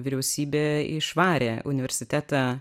vyriausybė išvarė universitetą